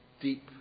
deep